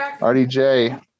RDJ